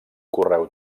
correu